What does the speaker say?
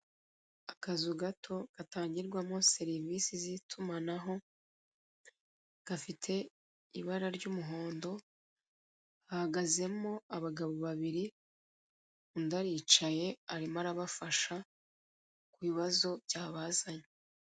Akazu gato gatangirwamo serivisi z'itumanaho, gafite ibara ry'umuhondo, hahagazemo abagabo babiri, undi aricaye arimo arabafasha ku bibazo byabazanye.